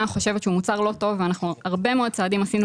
חושבת שהוא מוצר לא טוב ואנחנו הרבה מאוד צעדים עשינו